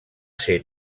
ser